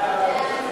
סעיף 14 נתקבל.